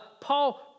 Paul